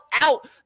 out